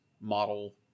model